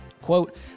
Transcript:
Quote